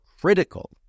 critical